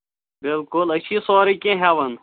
بِلکُل أسۍ چھِ یہِ سورُے کیٚنہہ ہٮ۪وان